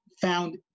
found